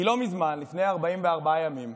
כי לא מזמן, לפני 44 ימים,